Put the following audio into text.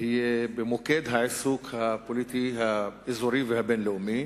תהיה במוקד העיסוק הפוליטי האזורי והבין-לאומי.